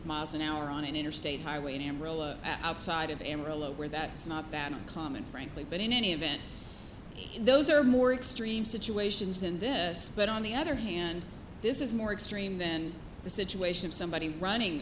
miles an hour on an interstate highway in amarillo outside of amarillo where that's not that uncommon frankly but in any event those are more extreme situations than this but on the other hand this is more extreme than the situation of somebody running